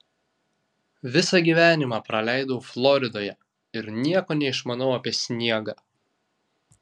visą gyvenimą praleidau floridoje ir nieko neišmanau apie sniegą